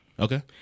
Okay